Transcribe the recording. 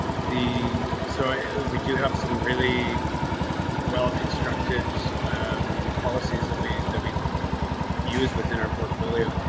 the so we do have some really well constructed um policies that we that we use within our portfolio.